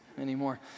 anymore